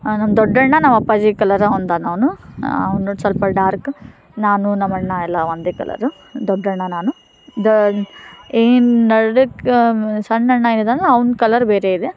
ನಮ್ಮ ದೊಡ್ಡಣ್ಣ ನಮ್ಮ ಅಪ್ಪಾಜಿ ಕಲರ ಹೊಂದಾನ ಅವನು ಅವನು ಸ್ವಲ್ಪ ಡಾರ್ಕ್ ನಾನು ನಮ್ಮ ಅಣ್ಣ ಎಲ್ಲ ಒಂದೇ ಕಲರು ದೊಡ್ಡಣ್ಣ ನಾನು ದಾ ಏನು ನಡಕ್ಕೆ ಸಣ್ಣ ಅಣ್ಣ ಏನಿದ್ದಾನಲ್ಲ ಅವ್ನ ಕಲರ್ ಬೇರೆ ಇದೆ